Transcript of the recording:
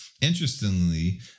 Interestingly